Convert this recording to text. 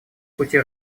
пути